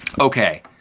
Okay